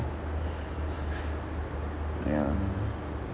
ya